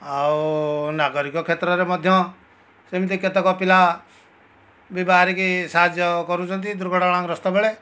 ଆଉ ନାଗରିକ କ୍ଷେତ୍ରରେ ମଧ୍ୟ ସେମିତି କେତେକ ପିଲା ବି ବାହାରିକି ସାହାଯ୍ୟ କରୁଛନ୍ତି ଦୁର୍ଘଟଣାଗ୍ରସ୍ଥ ବେଳେ